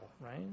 right